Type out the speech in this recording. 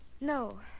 No